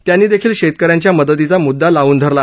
त्यांनी देखील शेतकऱ्यांच्या मदतीचा म्द्दा लावून धरला